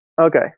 okay